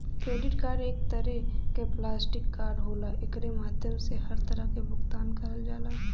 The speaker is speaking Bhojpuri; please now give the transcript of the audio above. क्रेडिट कार्ड एक तरे क प्लास्टिक कार्ड होला एकरे माध्यम से हर तरह क भुगतान करल जाला